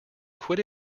quit